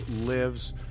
lives